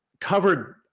covered